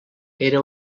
era